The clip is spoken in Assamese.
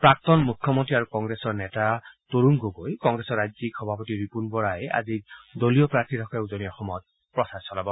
প্ৰাক্তন মুখ্যমন্ত্ৰী আৰু কংগ্ৰেছৰ নেতা তৰুণ গগৈ কংগ্ৰেছৰ ৰাজ্যিক সভাপতি ৰিপূন বৰাই আজি দলীয় প্ৰাৰ্থীৰ হকে উজনি অসমত প্ৰচাৰ চলাব